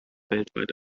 weltweit